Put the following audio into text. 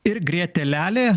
ir grietėlelė